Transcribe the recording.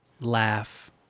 laugh